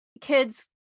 kid's